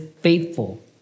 faithful